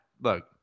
look